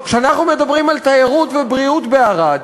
כשאנחנו מדברים על תיירות ובריאות בערד,